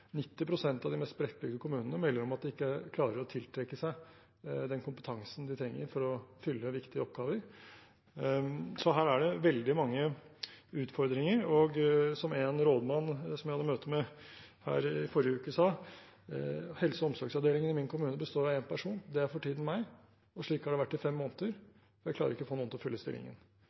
av de mest spredtbygde kommunene melder om at de ikke klarer å tiltrekke seg den kompetansen de trenger for å fylle viktige oppgaver. Så her er det veldig mange utfordringer. Som en rådmann som jeg hadde møte med her i forrige uke, sa: Helse- og omsorgsavdelingen i min kommune består av én person. Det er for tiden meg, og slik har det vært i fem måneder. Jeg klarer ikke å få noen til å fylle stillingen.